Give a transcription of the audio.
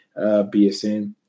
BSN